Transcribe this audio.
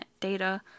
data